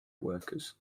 workers